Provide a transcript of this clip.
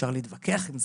אפשר להתווכח עם זה,